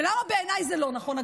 ולמה בעיניי זה לא נכון,